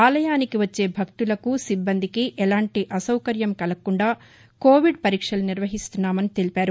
ఆలయానికి వచ్చే భక్తులకు సిబ్బందికి ఎలాంటి అసౌకర్యం కలగకుండా కోవిడ్ పరీక్షలు నిర్వహిస్తున్నామన్నారు